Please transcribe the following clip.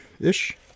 ish